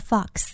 Fox，